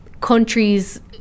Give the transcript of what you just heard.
countries